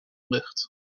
lucht